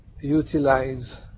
utilize